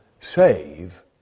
save